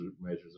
measures